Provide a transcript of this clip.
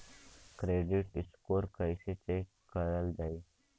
Credit score कइसे check करल जायी?